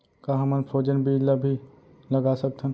का हमन फ्रोजेन बीज ला भी लगा सकथन?